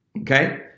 Okay